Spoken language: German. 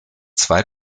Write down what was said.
zwei